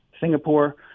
Singapore